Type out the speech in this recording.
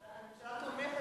הממשלה תומכת.